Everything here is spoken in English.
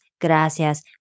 Gracias